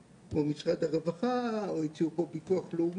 או משרד הרווחה, או איזשהו גוף של ביטוח לאומי,